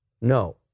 No